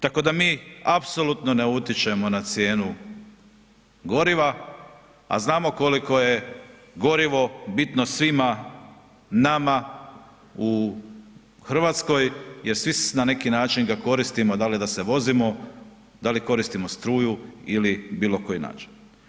Tako da mi apsolutno ne utječemo na cijenu goriva, a znamo koliko je gorivo bitno svima nama u RH jer svi na neki način ga koristimo, da li da se vozimo, da li koristimo struju ili bilo koji način.